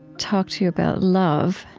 talk to you about love.